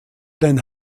den